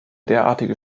derartige